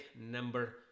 number